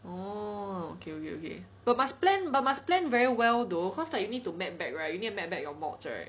oh okay okay okay but must plan but must plan very well though cause like you need to map back right you need to map back your mods right